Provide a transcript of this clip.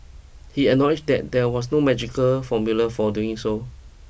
he acknowledged that there was no magical formula for doing so